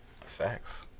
Facts